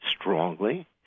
strongly